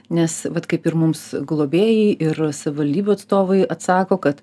nes vat kaip ir mums globėjai ir savivaldybių atstovai atsako kad